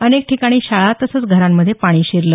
अनेक ठिकाणी शाळा तसंच घरांमध्ये पाणी शिरलं